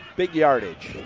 bug yardage.